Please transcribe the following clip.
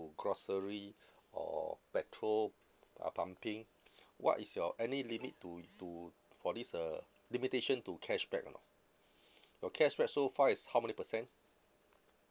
grocery or petrol uh pumping what is your any limit to to for this uh limitation to cashback or not your cashback so far is how many percent